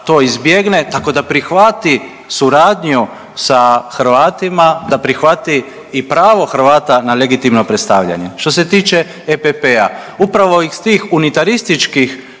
to izbjegne tako da prihvati suradnju sa Hrvatima, da prihvati pravo Hrvata na legitimno predstavljanje. Što se tiče EPP-a upravo iz tih unitarističkih